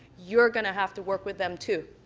you're going to have to work with them too.